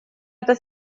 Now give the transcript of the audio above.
эта